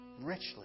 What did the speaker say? richly